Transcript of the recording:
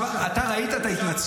עכשיו, אתה ראית את ההתנצלות?